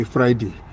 Friday